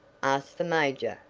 asked the major,